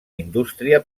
indústria